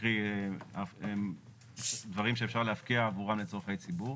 קרי דברים שאפשר להפקיע עבורם לצרכי ציבור.